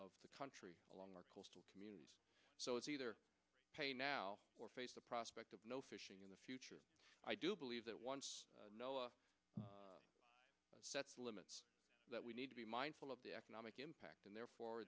of the country along our coastal communities so it's either pay now or face the prospect of no fishing in the future i do believe that one limits that we need to be mindful of the economic impact and therefore